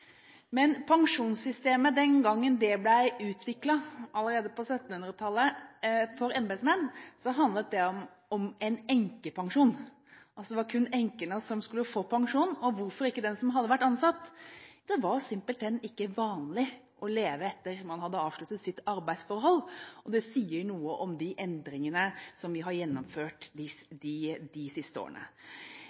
Men pensjonssystemet den gangen det ble utviklet, allerede på 1700-tallet, for embetsmenn, handlet om en enkepensjon. Det var kun enkene som skulle få pensjon. Og hvorfor ikke den som hadde vært ansatt? Det var simpelthen ikke vanlig å leve etter at man hadde avsluttet sitt arbeidsforhold. Det sier noe om de endringene som vi har gjennomgått de siste årene.